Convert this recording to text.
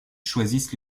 choisissent